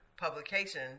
publication